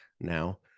now